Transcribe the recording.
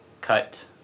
cut